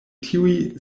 tiuj